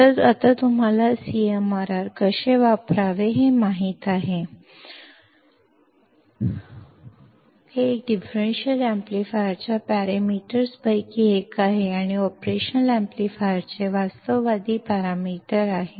तर आता तुम्हाला CMRR कसे वापरावे हे माहित आहे तुम्हालाही हे कसे वापरावे हे माहीत असेल कारण हे एक डिफरेंशियल एम्पलीफायरच्या पॅरामीटर्सपैकी एक आहे किंवा ऑपरेशनल अॅम्प्लीफायरचे वास्तववादी पॅरामीटर आहे